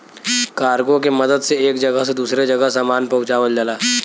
cargo के मदद से एक जगह से दूसरे जगह सामान पहुँचावल जाला